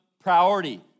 priority